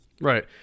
right